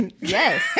yes